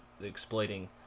exploiting